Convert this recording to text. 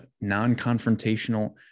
non-confrontational